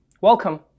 Welcome